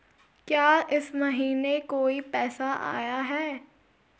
क्या इस महीने कोई पैसा आया है?